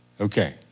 Okay